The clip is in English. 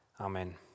Amen